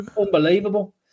unbelievable